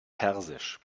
persisch